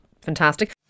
fantastic